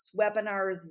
webinars